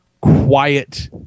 quiet